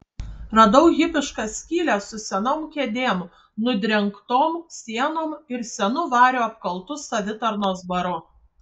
radau hipišką skylę su senom kėdėm nudrengtom sienom ir senu variu apkaltu savitarnos baru